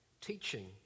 teaching